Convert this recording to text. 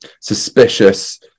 suspicious